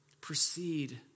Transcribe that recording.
Proceed